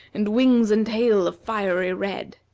and wings and tail of fiery red.